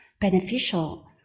beneficial